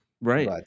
Right